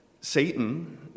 Satan